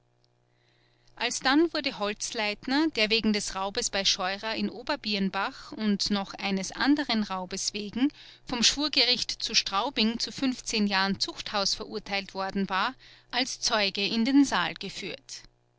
alsdann wurde holzleitner der wegen des raubes bei scheurer in oberbirnbach und noch eines anderen raubes wegen vom schwurgericht zu straubing zu jahren zuchthaus verurteilt worden war als zeuge in den saal geführt